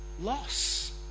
loss